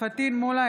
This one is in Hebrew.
פטין מולא,